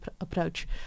approach